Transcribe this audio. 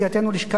'לשכה אחרת',